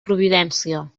providència